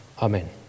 Amen